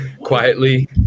quietly